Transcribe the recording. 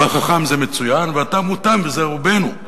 החכם זה מצוין, והתם הוא תם, וזה רובנו.